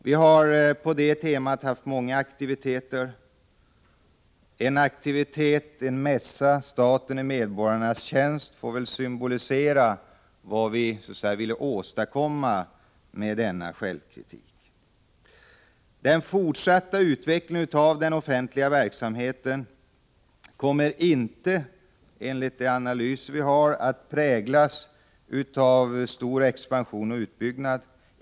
Vi har haft många aktiviteter på det temat. En av dem, en mässa — ”Staten i medborgarnas tjänst” — får väl symbolisera vad vi vill åstadkomma med förändringsarbetet. Den fortsatta utvecklingen av den offentliga verksamheten kommer inte att präglas av stor expansion och utbyggnad.